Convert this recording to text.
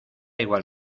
igual